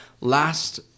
last